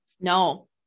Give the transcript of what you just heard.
No